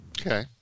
Okay